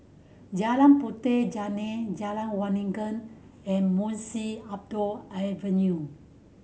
Jalan Puteh Jerneh Jalan Waringin and Munshi Abdullah Avenue